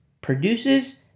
produces